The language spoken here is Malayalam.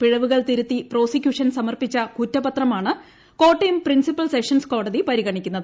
പിഴവുകൾ തിരുത്തി പ്രോസിക്യൂഷൻ സമർപ്പിച്ച കുറ്റപത്രമാണ് കോട്ടയം പ്രിൻസിപ്പൽ സെഷൻസ് കോടതി പരിഗണിക്കുന്നത്